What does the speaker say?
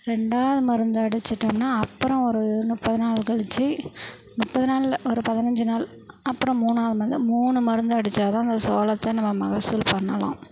ரெண்டாவது மருந்து அடிச்சிட்டோம்னால் அப்புறம் ஒரு முப்பது நாள் கழிச்சி முப்பது நாள் இல்லை ஒரு பதினைஞ்சு நாள் அப்புறம் மூணாவது மருந்து மூணு மருந்து அடித்தா தான் அந்த சோளத்தை நம்ம மகசூல் பண்ணலாம்